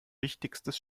wichtigstes